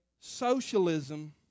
Socialism